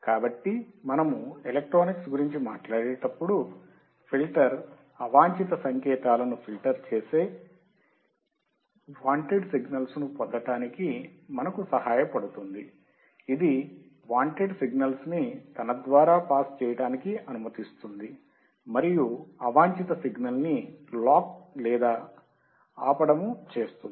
కాబట్టి మనము ఎలక్ట్రానిక్స్ గురించి మాట్లాడేటప్పుడు ఫిల్టర్ అవాంఛిత సంకేతాలను ఫిల్టర్ చేసి వాంటెడ్ సిగ్నల్స్ పొందడానికి మనకు సహాయపడుతుంది ఇది వాంటెడ్ సిగ్నల్స్ ని తన ద్వారా పాస్ చేయడానికి అనుమతిస్తుంది మరియు అవాంఛిత సిగ్నల్ ని లాక్ లేదా ఆపడము చేస్తుంది